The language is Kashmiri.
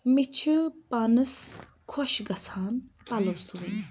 مےٚ چھِ پانَس خۄش گَژھان پَلَو سُوٕنۍ